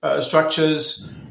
structures